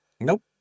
Nope